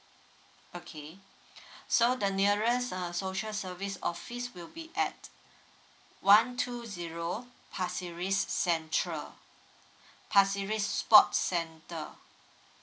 okay so the nearest a social service office will be at one two zero pasir ris central pasir ris sports centre